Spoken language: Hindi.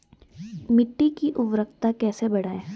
मिट्टी की उर्वरकता कैसे बढ़ायें?